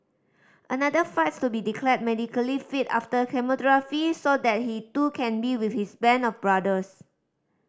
another fights to be declared medically fit after chemotherapy so that he too can be with his band of brothers